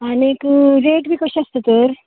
आनीक रेट बीन कशी आसता तर